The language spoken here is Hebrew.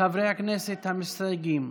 חברי הכנסת המסתייגים: